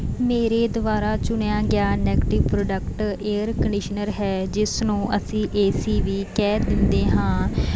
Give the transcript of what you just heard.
ਮੇਰੇ ਦੁਆਰਾ ਚੁਣਿਆ ਗਿਆ ਨੈਗਟਿਵ ਪ੍ਰੋਡਕਟ ਏਅਰ ਕੰਡੀਸ਼ਨਰ ਹੈ ਜਿਸ ਨੂੰ ਅਸੀਂ ਏ ਸੀ ਵੀ ਕਹਿ ਦਿੰਦੇ ਹਾਂ